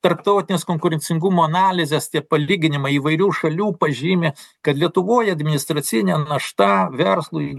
tarptautinės konkurencingumo analizės tie palyginimai įvairių šalių pažymi kad lietuvoj administracinė našta verslui